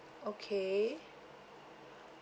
okay